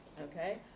okay